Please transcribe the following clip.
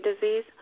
disease